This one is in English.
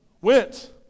went